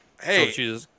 Hey